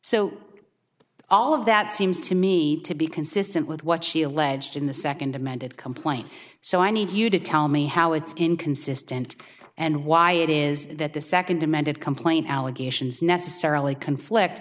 so all of that seems to me to be consistent with what she alleged in the second amended complaint so i need you to tell me how it's inconsistent and why it is that the second amended complaint allegations necessarily conflict